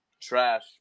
trash